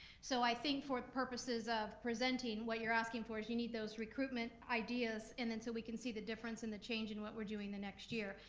so i think, for purposes of presenting, what you're asking for is, you need those recruitment ideas, and then so we can see the difference in the change in what we're doing the next year,